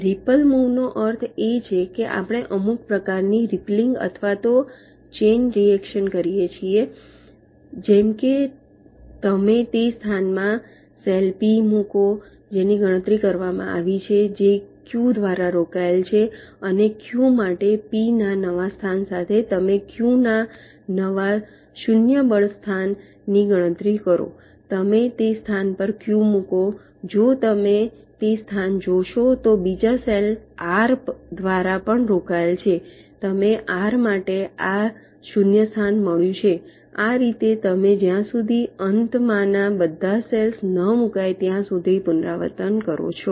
ripple move નો અર્થ એ છે કે આપણે અમુક પ્રકારની રીપલીંગ અથવા ચેન રિએક્શન કરીએ છીએ જેમ કે તમે તે સ્થાનમાં સેલ પી મૂકો જેની ગણતરી કરવામાં આવી છે જે ક્યૂ દ્વારા રોકાયેલ છે અને ક્યૂ માટે પી ના નવા સ્થાન સાથે તમે ક્યૂ ના નવા 0 બળના સ્થાન ની ગણતરી કરો તમે તે સ્થાન પર ક્યૂ મૂકો જો તમે તે સ્થાન જોશો તો બીજા સેલ આર દ્વારા પણ રોકાયેલ છે તમને આર માટે આ 0 સ્થાન મળ્યું છે આ રીતે તમે જ્યાં સુધી અંતમાંના બધા સેલ્સ ન મૂકાય ત્યાં સુધી પુનરાવર્તન કરો છો